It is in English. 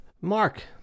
mark